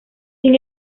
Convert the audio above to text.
sin